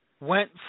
went